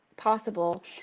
Possible